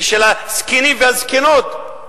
ושל הזקנים והזקנות,